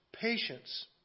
patience